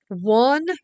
one